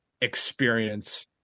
experience